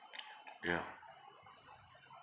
ya